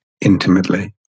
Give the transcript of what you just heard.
intimately